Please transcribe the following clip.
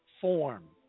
form